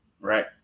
Right